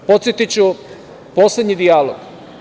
Podsetiću, poslednji dijalog.